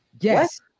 Yes